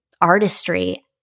artistry